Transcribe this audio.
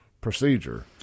procedure